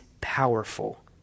powerful